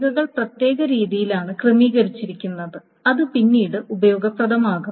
രേഖകൾ പ്രത്യേക രീതിയിലാണ് ക്രമീകരിച്ചിരിക്കുന്നത് അത് പിന്നീട് ഉപയോഗപ്രദമാകും